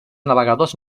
navegadors